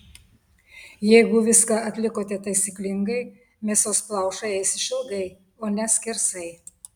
jeigu viską atlikote taisyklingai mėsos plaušai eis išilgai o ne skersai